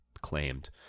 claimed